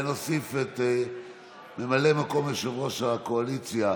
ונוסיף את ממלא מקום יושב-ראש הקואליציה,